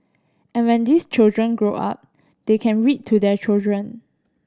and when these children grow up they can read to their children